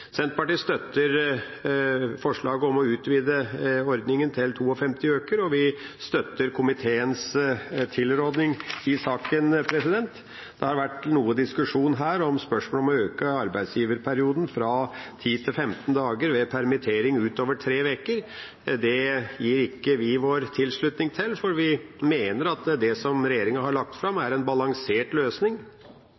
har vært noe diskusjon her om spørsmålet om å øke arbeidsgiverperioden fra 10 til 15 dager ved permittering ut over 3 uker. Det gir vi ikke vår tilslutning til, for vi mener at det som regjeringa har lagt fram,